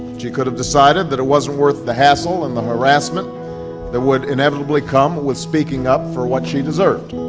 she could have decided that it wasn't worth the hassle and the harrassment that would inevitably come with speaking up for what she deserved.